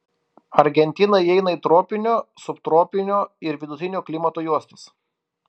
argentina įeina į tropinio subtropinio ir vidutinio klimato juostas